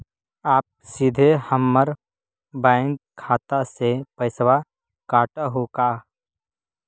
आप सीधे हमर बैंक खाता से पैसवा काटवहु का?